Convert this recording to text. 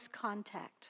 contact